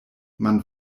man